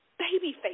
Babyface